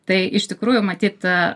tai iš tikrųjų matyt